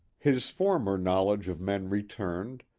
his former knowledge of men returned,